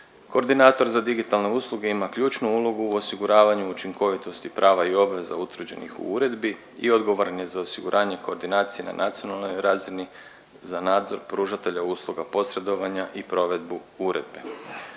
Koordinator za digitalne usluge ima ključnu ulogu u osiguravanju učinkovitosti prava i obveza utvrđenih u uredbi i odgovoran je za osiguranje koordinacije na nacionalnoj razini, za nadzor pružatelja usluga, posredovanja i provedbu uredbe.